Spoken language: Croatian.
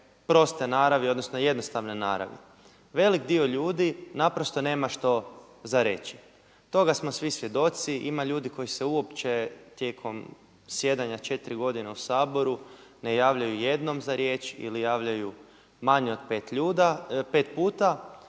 proste naravi odnosno jednostavne naravi, velik dio ljudi naprosto nema što za reći. Toga smo svi svjedoci. Ima ljudi koji se uopće tijekom zasjedanja 4 godine u Saboru ne javljaju jednom za riječ ili javljaju manje od 5 puta.